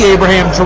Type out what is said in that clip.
Abraham